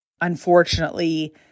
unfortunately